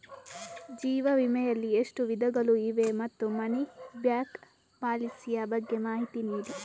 ಜೀವ ವಿಮೆ ಯಲ್ಲಿ ಎಷ್ಟು ವಿಧಗಳು ಇವೆ ಮತ್ತು ಮನಿ ಬ್ಯಾಕ್ ಪಾಲಿಸಿ ಯ ಬಗ್ಗೆ ಮಾಹಿತಿ ನೀಡಿ?